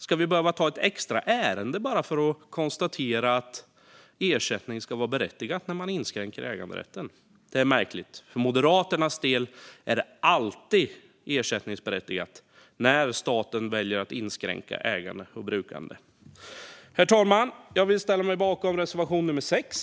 Ska vi behöva ett extra ärende bara för att konstatera att ersättning ska vara berättigad när man inskränker äganderätten? Det är märkligt. För Moderaternas del är det alltid ersättningsberättigat när staten väljer att inskränka ägande och brukande. Herr talman! Jag yrkar bifall till reservation nummer 6.